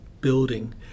building